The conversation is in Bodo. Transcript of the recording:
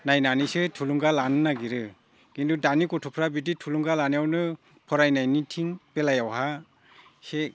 नायनानैसो थुलुंगा लानो नागिरो खिन्थु दानि गथ'फ्रा बिदि थुलुंगा लानायावनो फरायनायनिथिं बेलायावहा इसे